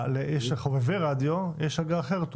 לחובבי רדיו יש אגרה אחרת,